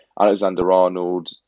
Alexander-Arnold